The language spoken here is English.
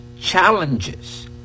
challenges